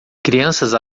crianças